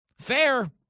fair